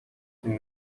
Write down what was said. için